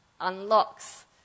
unlocks